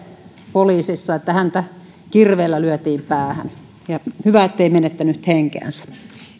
poliisissa että häntä kirveellä lyötiin päähän ja hyvä ettei menettänyt henkeänsä